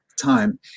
time